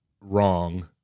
wrong